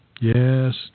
Yes